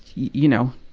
you know,